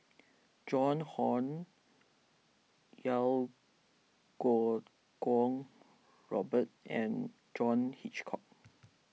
Joan Hon Iau Kuo Kwong Robert and John Hitchcock